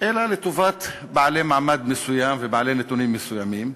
אלא לטובת בעלי מעמד מסוים ובעלי נתונים מסוימים.